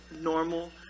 normal